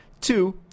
Two